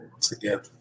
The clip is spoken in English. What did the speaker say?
together